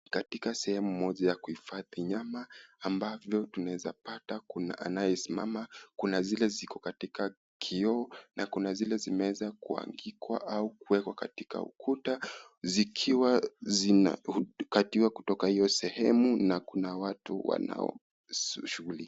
Katika sehemu moja ya kuhifadhi nyama ambavyo tunaeza pata kuna anayesimama, kuna zile ziko katika kioo na kuna zile zimeweza kuanikwa au kuwekwa katika ukuta zikiwa zinakatiwa kutoka hiyo sehemu na kuna watu wanaoshughulika.